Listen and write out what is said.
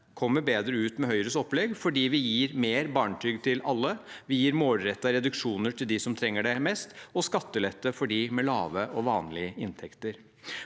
kommer bedre ut med Høyres opplegg, fordi vi gir mer barnetrygd til alle, målrettede reduksjoner til dem som trenger det mest, og skattelette for dem med lave og vanlige inntekter,